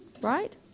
right